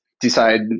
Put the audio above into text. decide